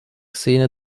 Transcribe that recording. szene